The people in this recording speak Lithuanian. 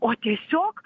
o tiesiog